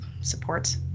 supports